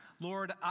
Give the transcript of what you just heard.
Lord